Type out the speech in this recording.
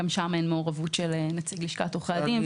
וגם שם אין מעורבות של נציג לשכת עורכי הדין.